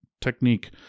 technique